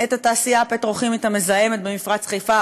את התעשייה הפטרוכימית המזהמת במפרץ חיפה,